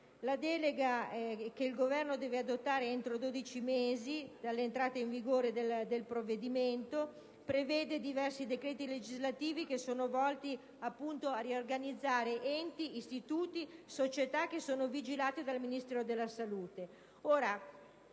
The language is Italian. La delega che il Governo deve adottare entro dodici mesi dall'entrata in vigore del provvedimento prevede diversi decreti legislativi che sono volti appunto a riorganizzare enti, istituti e società che sono vigilati dal Ministero della salute.